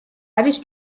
არის